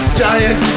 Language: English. giant